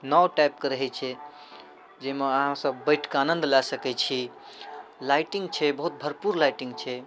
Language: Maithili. नाव टाइपके रहै छै जाहिमे अहाँसभ बैठिकऽ आनन्द लऽ सकै छी लाइटिङ्ग छै बहुत भरपूर लाइटिङ्ग छै